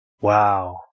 wow